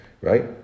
right